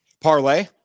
Parlay